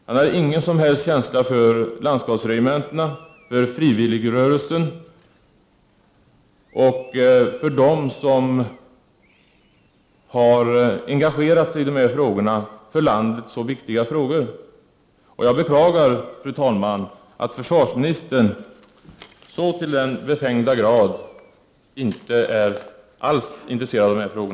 Han har ingen som helst känsla för landskapsregementena, för frivilligrörelsen och för dem som har engagerat sig i dessa för landet så viktiga frågor. Jag beklagar, fru talman, att försvarsministern så till den befängda grad inte är alls intresserad av dessa frågor.